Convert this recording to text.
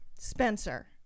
Spencer